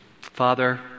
Father